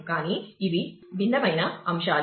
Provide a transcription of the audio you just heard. కాబట్టి ఇవి భిన్నమైన అంశాలు